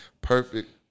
Perfect